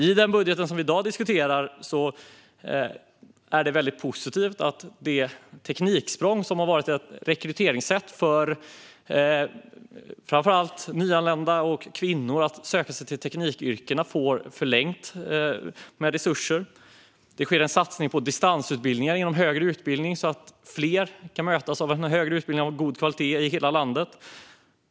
I den budget vi i dag diskuterar är det väldigt positivt att det tekniksprång som har varit ett sätt att rekrytera framför allt kvinnor och nyanlända till teknikyrken förlängs vad gäller resurser. Det sker en satsning på distansutbildningar inom högre utbildning så att fler kan mötas av en högre utbildning av god kvalitet i hela landet.